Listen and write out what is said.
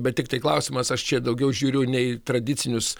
bet tiktai klausimas aš čia daugiau žiūriu ne į tradicinius